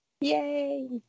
Yay